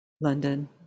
London